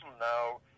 now